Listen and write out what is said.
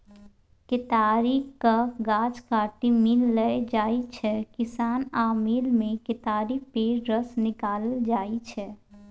केतारीक गाछ काटि मिल लए जाइ छै किसान आ मिलमे केतारी पेर रस निकालल जाइ छै